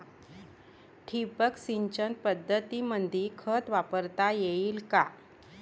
ठिबक सिंचन पद्धतीमंदी खत वापरता येईन का?